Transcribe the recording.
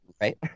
right